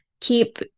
keep